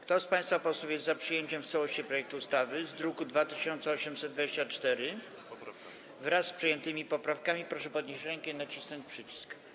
Kto z państwa posłów jest za przyjęciem w całości projektu ustawy z druku nr 2824, wraz z przyjętymi poprawkami, proszę podnieść rękę i nacisnąć przycisk.